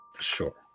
sure